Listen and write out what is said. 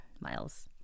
miles